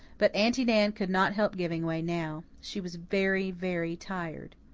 but aunty nan could not help giving way now she was very, very tired.